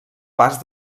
pas